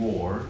War